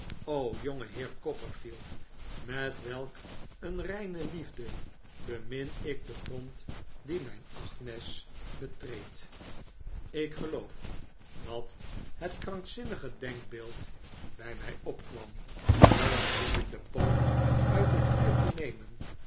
o jongeheer copperfield met welk een reine liefde bemin ik den grond dien mijn agnes betreedt ik geloof dat het krankzinnige denkbeeld bij mij opkwam den gloeienden pook uit het vuur te nemen